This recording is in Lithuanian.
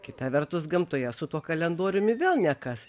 kita vertus gamtoje su tuo kalendoriumi vėl nekas